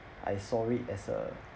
I saw it as a